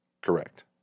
Correct